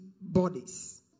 bodies